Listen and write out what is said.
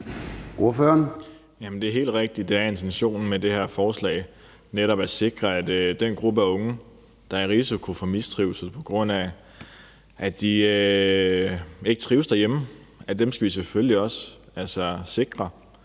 Det er helt rigtigt, at det er intentionen med det her forslag, altså netop at sikre den gruppe af unge, der er i risiko for mistrivsel, på grund af at de ikke trives derhjemme. Dem skal vi selvfølgelig også sikre.